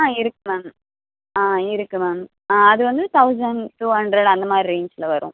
ஆ இருக்குது மேம் ஆ இருக்குது மேம் ஆ அது வந்து தௌசண்ட் டூ ஹண்ட்ரட் அந்தமாதிரி ரேன்ஜில் வரும்